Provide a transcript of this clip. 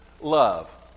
love